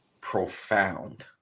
profound